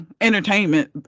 Entertainment